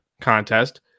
contest